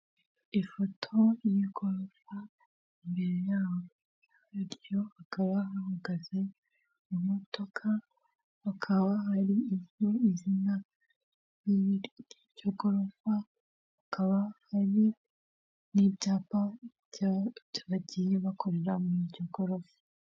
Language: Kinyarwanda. Ifoto yigorofa imbere yabo biryo bakaba bahagaze mu modoka hakaba hari iryo izina ryo gorofa hakaba hari n'ibyapa byabagiye bakorera mu muryango w'iryo gorofa.